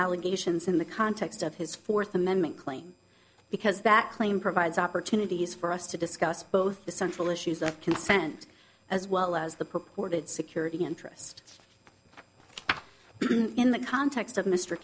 allegations in the context of his fourth amendment claim because that claim provides opportunities for us to discuss both the central issues of consent as well as the purported security interest in the context of mr